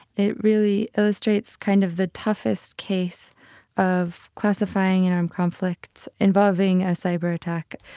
it really illustrates kind of the toughest case of classifying an armed conflict involving a cyber-attack.